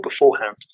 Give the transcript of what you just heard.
beforehand